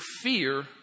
fear